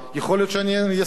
יכול להיות שאני אסכים.